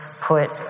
put